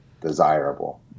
desirable